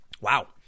Wow